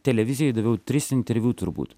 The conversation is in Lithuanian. televizijai daviau tris interviu turbūt